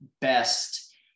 best